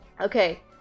Okay